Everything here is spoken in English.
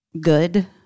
good